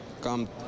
come